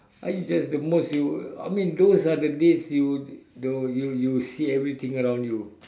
I just the most you I mean those are the days you you you you see everything around you